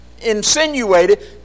insinuated